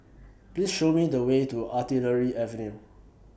Please Show Me The Way to Artillery Avenue